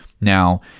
now